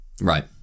right